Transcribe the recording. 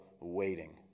waiting